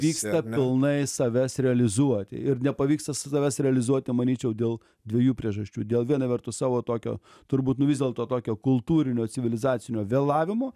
vyksta pilnai savęs realizuoti ir nepavyksta savęs realizuot manyčiau dėl dviejų priežasčių dėl viena vertus savo tokio turbūt nu vis dėlto tokio kultūrinio civilizacinio vėlavimo